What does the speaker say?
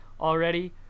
already